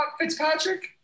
Fitzpatrick